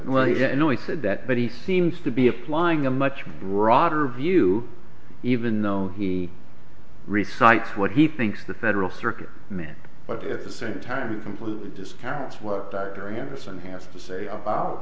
well you know he said that but he seems to be applying a much broader view even though he recites what he thinks the federal circuit meant but at the same time it completely discounts what dr anderson has to say about